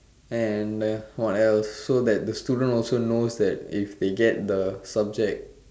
and what else so the student also knows that if they get the subject